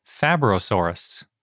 Fabrosaurus